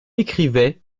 écrivait